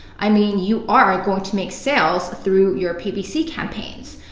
i mean you are going to make sales through your ppc campaigns.